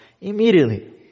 immediately